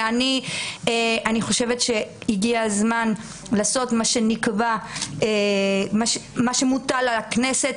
אני חושבת שהגיע הזמן לעשות מה שמוטל על הכנסת,